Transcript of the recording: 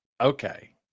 Okay